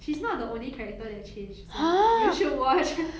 she's not the only character that change so you should watch